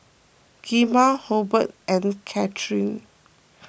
Gemma Hobert and Katlynn